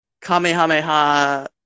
Kamehameha